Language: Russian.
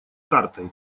картой